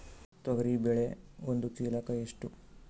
ತೊಗರಿ ಬೇಳೆ ಒಂದು ಚೀಲಕ ಎಷ್ಟು?